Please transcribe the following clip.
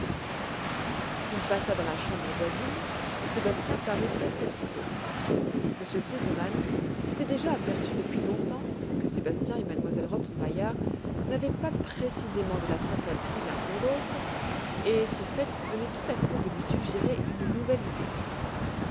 il passa dans la chambre voisine ou sébastien parut presque aussitôt m r sesemann s'était déjà aperçu depuis longtemps que sébastien et m elle rottenmeier n'avaient pas précisément de la sympathie l'un pour l'autre et ce fait venait tout à coup de lui suggérer une nouvelle idée